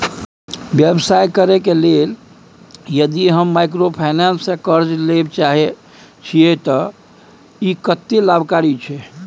व्यवसाय करे के लेल यदि हम माइक्रोफाइनेंस स कर्ज लेबे चाहे छिये त इ कत्ते लाभकारी छै?